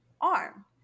arm